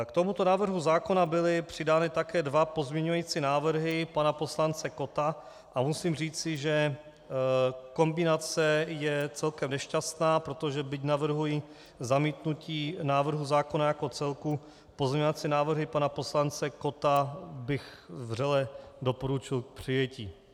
K tomuto návrhu zákona byly přidány také dva pozměňující návrhy pana poslance Kotta a musím říci, že kombinace je celkem nešťastná, protože byť navrhuji zamítnutí návrhu zákona jako celku, pozměňovací návrhy pana poslance Kotta bych vřele doporučil k přijetí.